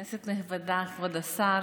כנסת נכבדה, כבוד השר,